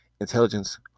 intelligence